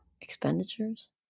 expenditures